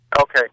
Okay